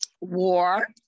war